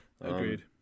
Agreed